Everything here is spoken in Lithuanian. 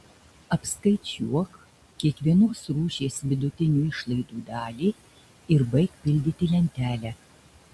apskaičiuok kiekvienos rūšies vidutinių išlaidų dalį ir baik pildyti lentelę